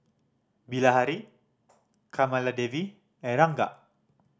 Bilahari Kamaladevi and Ranga